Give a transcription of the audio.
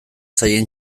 zaien